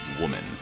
woman